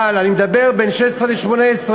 אבל אני מדבר על בין 16 ל-18.